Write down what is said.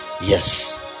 yes